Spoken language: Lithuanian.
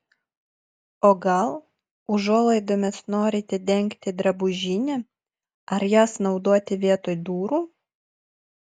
o gal užuolaidomis norite dengti drabužinę ar jas naudoti vietoj durų